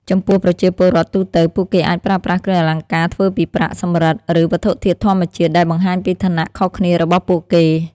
ចំពោះប្រជាពលរដ្ឋទូទៅ ពួកគេអាចប្រើប្រាស់គ្រឿងអលង្ការធ្វើពីប្រាក់ សំរឹទ្ធិ ឬវត្ថុធាតុធម្មជាតិ ដែលបង្ហាញពីឋានៈខុសគ្នារបស់ពួកគេ។